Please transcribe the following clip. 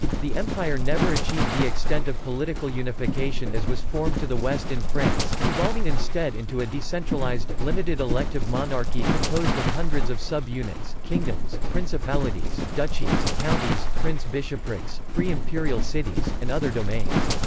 the empire never achieved the extent of political unification as was formed to the west in france, evolving instead into a decentralized, limited elective monarchy composed of hundreds of sub-units kingdoms, principalities, duchies, counties, prince-bishoprics, free imperial cities, and other domains.